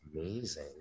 amazing